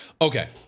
Okay